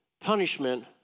punishment